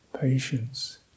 patience